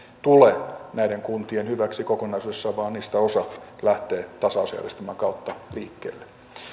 tule näiden kuntien hyväksi kokonaisuudessaan vaan niistä osa lähtee tasausjärjestelmän kautta liikkeelle